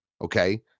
Okay